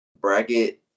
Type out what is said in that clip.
Bracket